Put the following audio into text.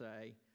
say